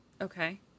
Okay